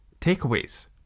takeaways